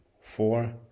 four